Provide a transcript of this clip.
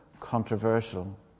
controversial